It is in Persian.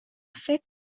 فکر